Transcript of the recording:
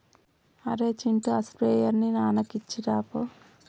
అరేయ్ చింటూ ఆ స్ప్రేయర్ ని నాన్నకి ఇచ్చిరాపో